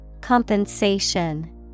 Compensation